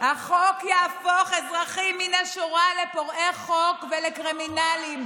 החוק יהפוך אזרחים מן השורה לפורעי חוק ולקרימינלים.